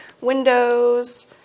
Windows